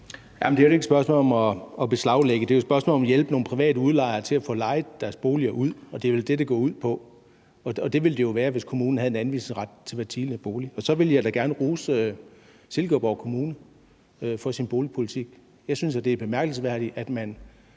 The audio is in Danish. her er ikke et spørgsmål om at beslaglægge. Det er et spørgsmål om hjælpe nogle private udlejere til at få lejet deres boliger ud, og sådan vil det jo være, hvis kommunen havde en anvisningsret til hver tiende bolig. Og så vil jeg da gerne rose Silkeborg Kommune for sin boligpolitik. Jeg synes, at det er bemærkelsesværdigt, at man